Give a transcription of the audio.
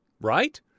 right